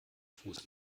fuß